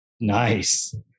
Nice